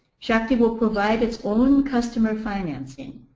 shakti will provide its own customer financing,